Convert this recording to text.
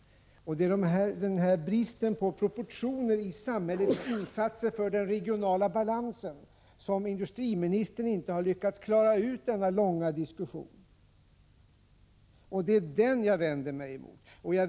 Det är denna brist på proportioner i samhällets insatser för den regionala balansen som industriministern inte har lyckats klara ut under denna långa diskussion. Det är den jag vänder mig emot.